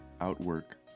outwork